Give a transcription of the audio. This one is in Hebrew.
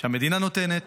שהמדינה נותנת.